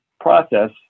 process